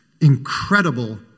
incredible